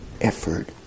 effort